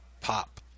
pop